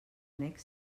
annex